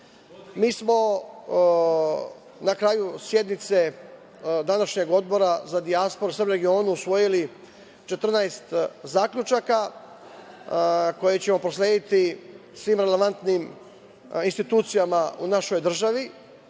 smo na kraju sednice današnjeg Odbora za dijasporu i Srbe u regionu usvojili 14 zaključaka koje ćemo proslediti svim relevantnim institucijama u našoj državi.Među